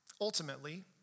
ultimately